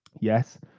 Yes